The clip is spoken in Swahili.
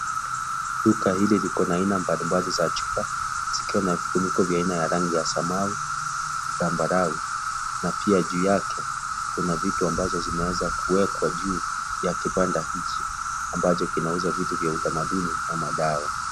Duka hili likona aina mbalimbali za chupa, zikiwa na vifuniko aina ya rangi ya samawi, zambarau na pia juu yake kuna vitu ambazo zimeweza kuwekwa juu ya kibanda hichi ambacho kinauza vitu vya utamaduni kama dawa.